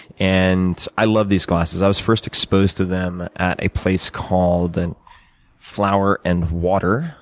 and i love these glasses. i was first exposed to them at a place called and flower and water.